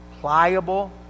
pliable